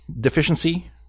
deficiency